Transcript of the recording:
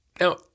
Now